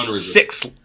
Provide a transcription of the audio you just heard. six